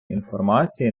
інформації